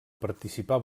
participar